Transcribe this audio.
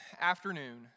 afternoon